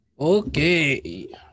Okay